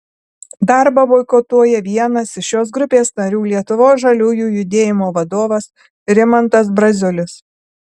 darbą boikotuoja vienas iš šios grupės narių lietuvos žaliųjų judėjimo vadovas rimantas braziulis